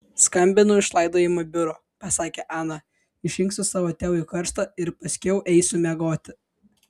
skambinu iš laidojimo biuro pasakė ana išrinksiu savo tėvui karstą ir paskiau eisiu miegoti